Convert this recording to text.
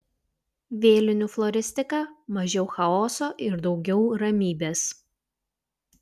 vėlinių floristika mažiau chaoso ir daugiau ramybės